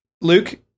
Luke